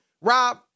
Rob